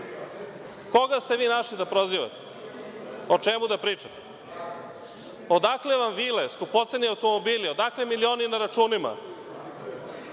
Koga ste našli da prozivate? O čemu da pričate? Odakle vam vile, skupoceni automobili, odakle milioni na računima?